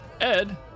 Ed